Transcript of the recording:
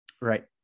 Right